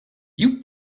you